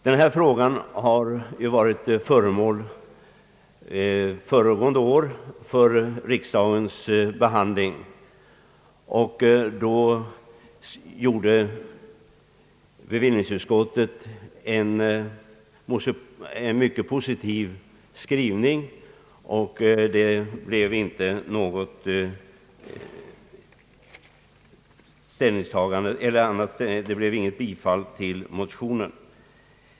Denna fråga var föremål för riksdagens behandling under föregående år, och då var bevillningsutskottets skrivning mycket positiv men motionen bifölls inte.